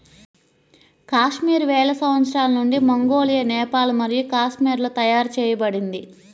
కాశ్మీర్ వేల సంవత్సరాల నుండి మంగోలియా, నేపాల్ మరియు కాశ్మీర్లలో తయారు చేయబడింది